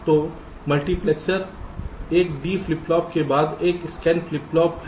तो एक मल्टीप्लेक्सर एक D फ्लिप फ्लॉप के बाद एक स्कैन फ्लिप फ्लॉप है